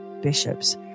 Bishops